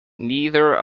neither